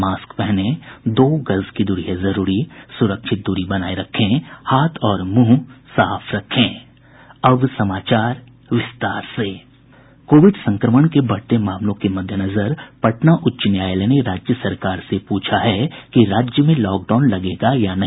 mask पहनें दो गज दूरी है जरूरी सुरक्षित दूरी बनाये रखें हाथ और मुंह साफ रखें कोविड संक्रमण के बढ़ते मामलों के मद्देनजर पटना उच्च न्यायालय ने राज्य सरकार से पूछा है कि राज्य में लॉकडाउन लगेगा या नहीं